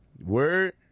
Word